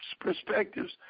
perspectives